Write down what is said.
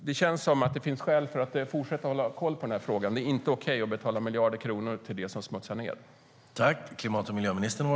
Det känns som att det finns skäl att fortsätta att hålla koll på den här frågan. Det är inte okej att betala miljarder kronor till det som smutsar ned.